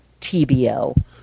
TBO